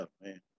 man